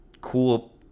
cool